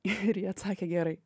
ir ji atsakė gerai